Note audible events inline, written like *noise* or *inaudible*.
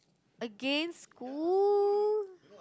against school *noise*